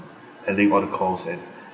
handling all the calls and